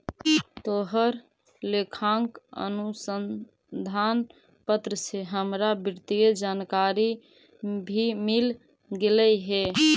तोहर लेखांकन अनुसंधान पत्र से हमरा वित्तीय जानकारी भी मिल गेलई हे